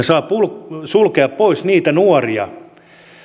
saa sulkea pois niitä nuoria